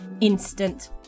instant